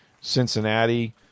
Cincinnati